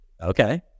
okay